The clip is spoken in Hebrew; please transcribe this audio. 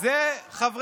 וזו הסיבה שהעליתם אותם,